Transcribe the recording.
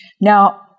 Now